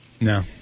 No